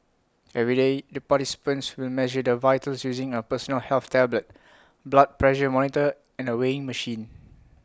every day the participants will measure their vitals using A personal health tablet blood pressure monitor and A weighing machine